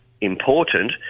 important